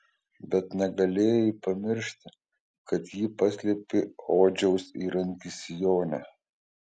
bet negalėjai pamiršti kad ji paslėpė odžiaus įrankį sijone